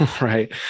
right